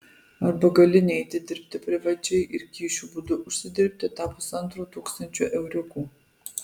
arba gali neiti dirbti privačiai ir kyšių būdu užsidirbti tą pusantro tūkstančio euriukų